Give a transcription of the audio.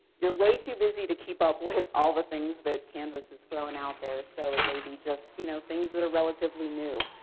your way too busy to keep up with all the things that canvas is throwing out there, so it maybe just you know things that are relatively new.